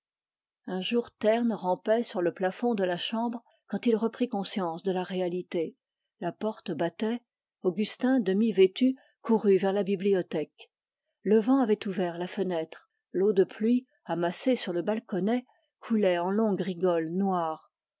un jour terne rampait sur le plafond de la chambre quand il reprit conscience de la réalité la porte battait augustin demi vêtu courut dans la bibliothèque l'eau de pluie amassée sur le balconnet coulait en longue rigole noire